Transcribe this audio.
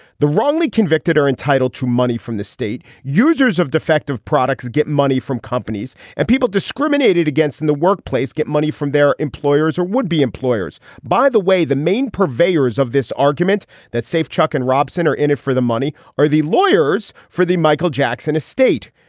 the wrongly convicted are entitled to money from the state users of defective products get money from companies and people discriminated against in the workplace get money from their employers or would be employers by the way the main purveyors of this argument that safe chuck and rob center in it for the money are the lawyers for the michael jackson estate.